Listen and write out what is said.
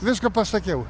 viską pasakiau